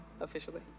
officially